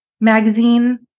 magazine